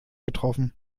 getroffen